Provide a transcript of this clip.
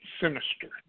Sinister